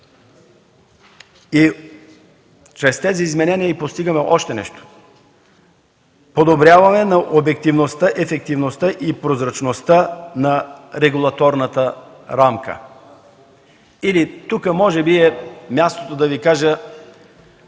Чрез тези изменения постигаме и още нещо – подобряване на обективността, ефективността и прозрачността на регулаторната рамка. Или тук може би е мястото да Ви кажа